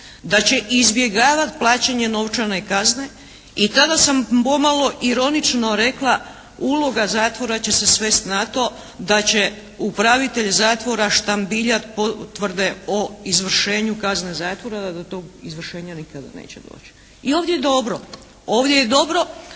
da će izbjegavati plaćanje novčane kazne i tada sam pomalo ironično rekla uloga zatvora će se svesti na to da će upravitelj zatvora će se svesti na to da će upravitelj zatvora štambiljati potvrde o izvršenju kazne zatvora da do tog izvršenja nikada neće doći. I ovdje je dobro. Ovdje je dobro